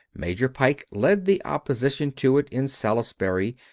major pike led the opposition to it in salisbury,